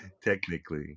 Technically